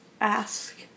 ask